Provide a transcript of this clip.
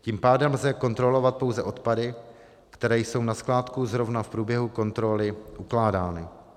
Tím pádem lze kontrolovat pouze odpady, které jsou na skládku zrovna v průběhu kontroly ukládány.